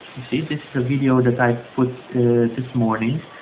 you see, this is a video that i put this morning.